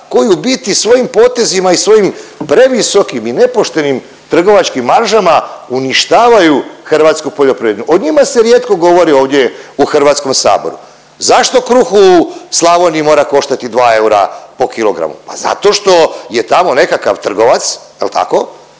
koji u biti svojim potezima i svojim previsokim i nepoštenim trgovačkim maržama uništavaju hrvatsku poljoprivredu. O njima se rijetko govori ovdje u Hrvatskom saboru. Zašto kruh u Slavoniji mora koštati 2 eura po kilogramu? Pa zato što je tamo nekakav trgovac jel tako